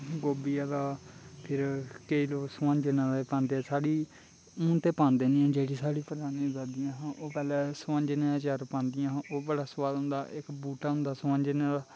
गोभियै दा फिर केईं लोग सोआंजनें दा बी पांदे ते साढ़ी हून ते पांदे नेईं जेह्ड़ी साढ़ी पड़दादी हियां ओह् पैह्लै सोआजंनैं दा चा'र पादियां हा ओह् बड़ा सोआद होंदा इक बूह्टा होंदा सोआजनैं दा